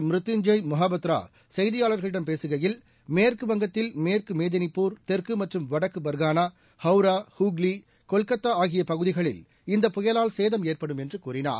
ம்ருத்யுஞ்ஜெய்மொஹாபத்திரா செய்தியாளர்களிடம் பேசுகையில் மேற்குவங்கத்தில் மேற்கு மேதினிபூர் தெற்கு மற்றும் வடக்கு பா்கானா ஹவுரா ஹூக்ளி கொல்கத்தா ஆகிய பகுதிகளில் இந்த புயவால் சேதம் ஏற்படும் என்று கூறினார்